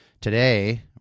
Today